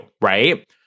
right